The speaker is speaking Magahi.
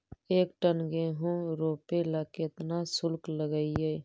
एक टन गेहूं रोपेला केतना शुल्क लगतई?